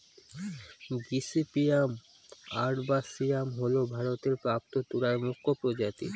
gossypium arboreum হল ভারতে প্রাপ্ত তুলার মুখ্য প্রজাতি